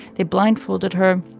they blindfolded her.